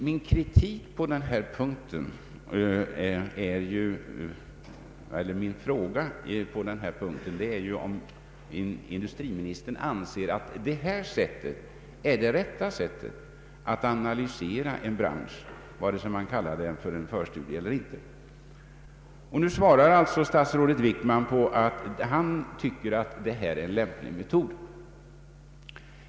Min fråga på denna punkt är om industriministern anser att detta sätt är det rätta sättet att analysera en bransch, antingen man kallar det för en förstudie eller inte. Nu svarar statsrådet Wickman att han tycker att detta är en limplig metod.